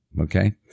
Okay